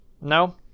No